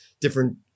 different